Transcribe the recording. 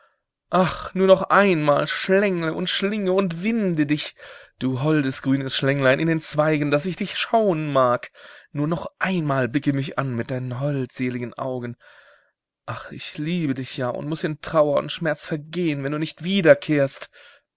ach nur noch einmal schlängle und schlinge und winde dich du holdes grünes schlänglein in den zweigen daß ich dich schauen mag nur noch einmal blicke mich an mit deinen holdseligen augen ach ich liebe dich ja und muß in trauer und schmerz vergehen wenn du nicht wiederkehrst